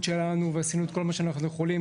שלנו ועשינו את כל מה שאנחנו יכולים,